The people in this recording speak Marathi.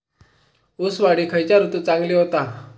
ऊस वाढ ही खयच्या ऋतूत चांगली होता?